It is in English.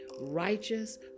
righteous